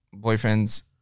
Boyfriends